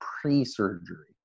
pre-surgery